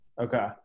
Okay